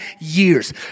years